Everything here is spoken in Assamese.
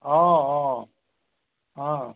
অঁ অঁ অঁ